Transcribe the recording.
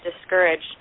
discouraged